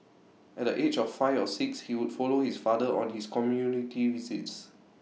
at the age of five or six he would follow his father on his community visits